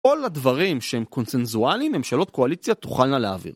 כל הדברים שהם קונצנזואליים, ממשלות קואליציה תוכלנה להעביר.